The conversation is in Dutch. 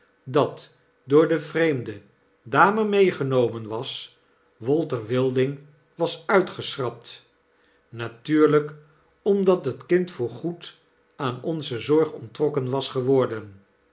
dat door de vreemde dame meegenomen was walter wilding was uitgeschrapt natuurlijk omdat het kind voorgoed aan onze zorg onttrokken was geworden